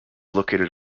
located